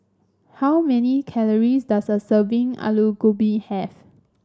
how many calories does a serving Alu Gobi have